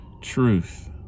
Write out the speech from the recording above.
truth